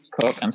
Cook